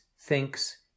thinks